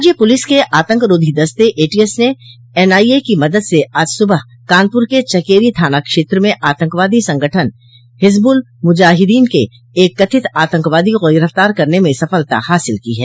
राज्य पुलिस के आतंकरोधी दस्ते एटीएस ने एन आईए की मदद से आज सुबह कानपुर के चकेरी थाना क्षेत्र में आतंकवादी संगठन हिजबुल मुजाहिदीन के एक कथित आतंकवादी को गिरफ्तार करने में सफलता हासिल की है